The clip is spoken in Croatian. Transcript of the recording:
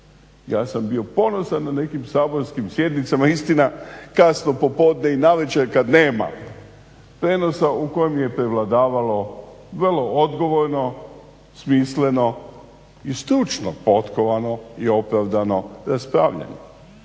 Ja sam bio ponosan na nekim saborskim sjednicama, istina kasno popodne i navečer kad nema prijenosa, u kojem je prevladavalo vrlo odgovorno, smisleno i stručno potkovano i opravdano raspravljanje.